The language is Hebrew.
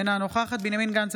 אינה נוכחת בנימין גנץ,